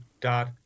Dot